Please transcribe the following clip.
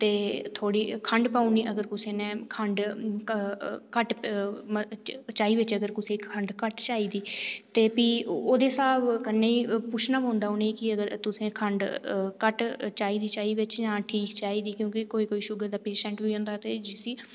ते थोह्ड़ी खंड़ पाई ओड़नी अगर कुसै ने खंड घट्ट मतलब चाही बिच अगर कुसै ने खंड़ चाहिदी ते फिह ओह्दे स्हाब कन्नै गै पुच्छना पौंदा उनेंगी कि तुसें खंड़ घट्ट चाहिदी चाही बिच्च जां ठीक चाहिदी क्योकि कोई कोई शुगर दा पेशैंट बी होंदा ते जिसी